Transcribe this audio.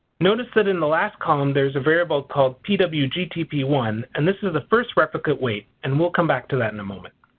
notice that in the last column there's a variable called p w g t p one and this is a first replicate weight and we'll come back to that in a moment.